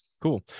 Cool